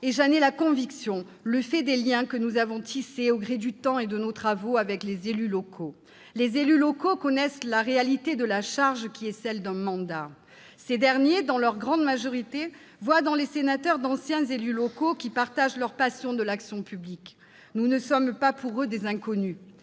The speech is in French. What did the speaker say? est, j'en ai la conviction, le fait des liens que nous avons tissés, au gré du temps et de nos travaux, avec les élus locaux. Ceux-ci connaissent la réalité de la charge d'un mandat. Dans leur grande majorité, ils voient dans les sénateurs d'anciens élus locaux, qui partagent leur passion de l'action publique. Nous ne sommes pas pour eux des inconnus.